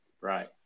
right